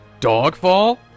Dogfall